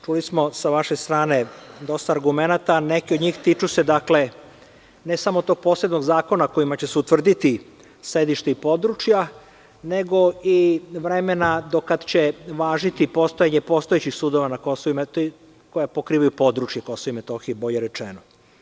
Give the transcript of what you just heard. Čuli smo sa vaše strane dosta argumenata, a neki od njih se tiču, ne samo tog posebnog zakona kojim će se utvrditi sedišta i područja, nego i vremena do kada će važiti postojanje postojećih sudova na Kosovu i Metohiji koja pokrivaju područje Kosova i Metohije, bolje rečeno.